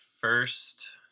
first